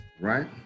Right